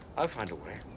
i'll find a way.